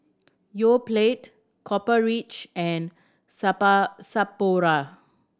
Yoplait Copper Ridge and Sapporo